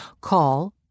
Call